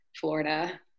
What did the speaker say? Florida